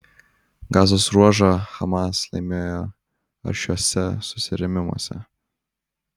gazos ruožą hamas laimėjo aršiuose susirėmimuose